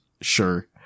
sure